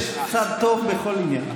יש צד טוב בכל עניין.